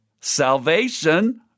salvation